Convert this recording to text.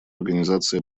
организации